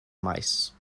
maes